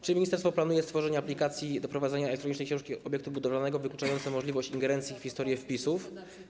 Czy ministerstwo planuje stworzenie aplikacji do prowadzenia elektronicznej książki obiektu budowlanego, co wykluczy możliwość ingerencji w historię wpisów?